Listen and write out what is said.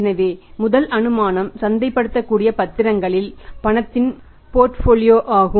எனவே முதல் அனுமானம் சந்தைப்படுத்தக்கூடிய பத்திரங்களில் பணத்தின் போர்ட்ஃபோலியோ ஆகும்